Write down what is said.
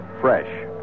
fresh